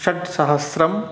षट् सहस्रम्